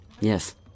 Yes